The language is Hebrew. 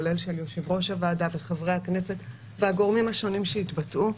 כולל של יושב-ראש הוועדה וחברי הכנסת והגורמים השונים שהתבטאו,